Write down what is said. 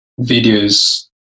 videos